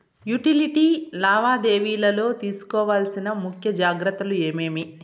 Utility లావాదేవీల లో తీసుకోవాల్సిన ముఖ్య జాగ్రత్తలు ఏమేమి?